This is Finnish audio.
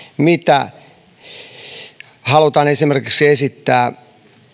mitä halutaan esimerkiksi esittää